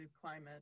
climate